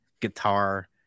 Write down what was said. guitar